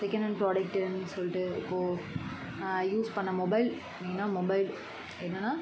second hand ப்ராடக்ட்டுன்னு சொல்லிட்டு இப்போது யூஸ் பண்ண மொபைல் மெயின்னாக மொபைல் என்னென்னா